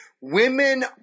Women